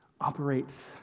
operates